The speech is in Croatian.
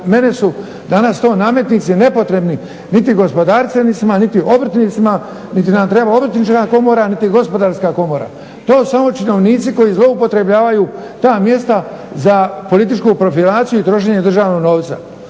mene su danas to nametnici nepotrebni niti gospodarstvenicima niti obrtnicima, niti nam treba Obrtnička komora niti Gospodarska komora. To su samo činovnici koji zloupotrebljavaju ta mjesta za političku profilaciju i trošenje državnog novca.